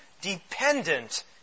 dependent